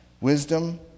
wisdom